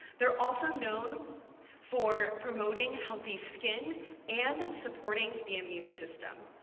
they're also known for promoting healthy skin and supporting the immune system.